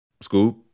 scoop